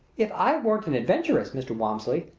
if i weren't an adventuress, mr. walmsley,